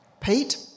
Pete